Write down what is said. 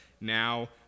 Now